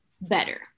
better